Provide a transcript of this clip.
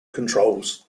controls